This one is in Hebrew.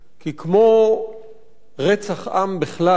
כי כמו רצח עם בכלל,